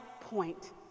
point